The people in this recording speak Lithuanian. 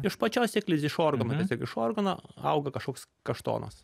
iš pačios sėklidės iš organo tiesiog iš organo auga kažkoks kaštonas